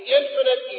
infinite